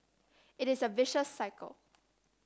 it is a vicious cycle